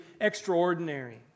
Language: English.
extraordinary